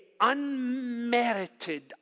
unmerited